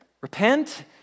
repent